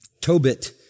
Tobit